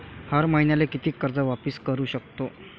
हर मईन्याले कितीक कर्ज वापिस करू सकतो?